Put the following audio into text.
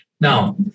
Now